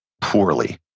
poorly